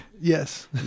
Yes